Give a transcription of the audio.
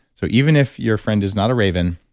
so even if your friend is not a raven,